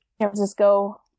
Francisco